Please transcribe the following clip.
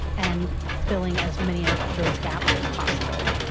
and filling as many of those gaps as possible.